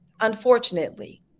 unfortunately